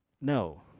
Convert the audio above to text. no